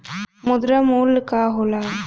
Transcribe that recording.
खुदरा मूल्य का होला?